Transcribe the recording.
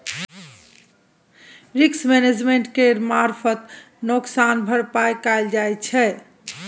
risk management केर मारफत नोकसानक भरपाइ कएल जाइ छै